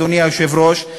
אדוני היושב-ראש,